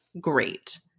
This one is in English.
great